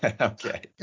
Okay